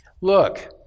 Look